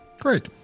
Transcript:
Great